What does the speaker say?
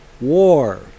war